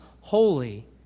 holy